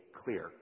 clear